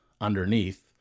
underneath